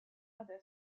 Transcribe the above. other